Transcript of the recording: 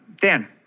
Dan